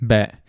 Beh